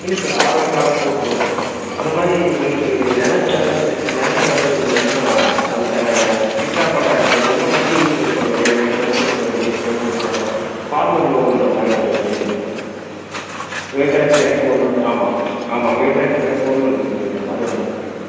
இல்லை sir Aadhaar card photo அந்த மாதிரி உங்களுக்கு நிலம் எதாவது நெ நிலம் எதாவது இருந்ததுனால் அதுக்கான சிட்டா பட்டா எடுத்துகிட்டு வந்தீங்கன்னால் வட்டி இன்னும் கொஞ்சம் குறையும் ஒரு ரெண்டு பேர்சன்டேஜ் குறையும் எயிட் பேர்சன்டேஜில் ஃபார்மெர் லோனுகிற மாதிரி வாங்கி வெச்சுக்கிலாம் சார் விவசாயத்துக்காக கோல்ட் லோன் ஆமாம் ஆமாம் விவசாயத்துக்காக கோல்ட் லோன் வைக்கிறீங்ககிற மாதிரி வாங்கி வெச்சுக்கிலாம்